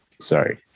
sorry